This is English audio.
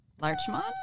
Larchmont